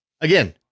again